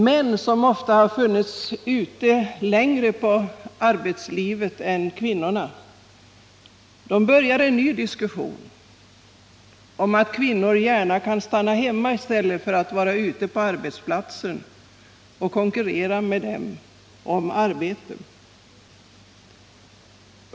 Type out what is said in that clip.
Män, som ofta har funnits ute i arbetslivet under längre tid än kvinnor, börjar en ny diskussion om att kvinnor gärna kan stanna hemma i stället för att vara ute på arbetsplatsen och konkurrera med dem om arbete.